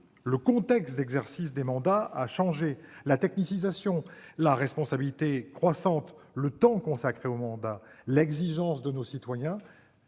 du contexte d'exercice des mandats : technicisation, responsabilités croissantes, temps consacré aux mandats, exigence de nos concitoyens